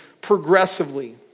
progressively